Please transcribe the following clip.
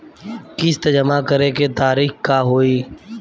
किस्त जमा करे के तारीख का होई?